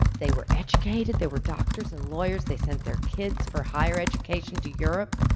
they were educated, they were doctors and lawyers, they sent their kids for higher education to europe.